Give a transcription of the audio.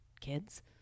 kids